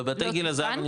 בבתי גיל הזהב,